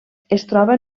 troba